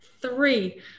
Three